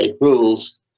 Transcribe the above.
rules